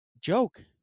joke